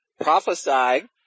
prophesying